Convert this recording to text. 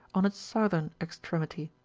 on its southern extremity.